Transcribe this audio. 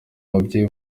ababyeyi